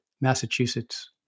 Massachusetts